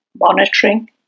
monitoring